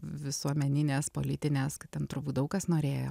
visuomeninės politinės kad ten turbūt daug kas norėjo